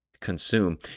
consume